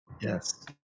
Yes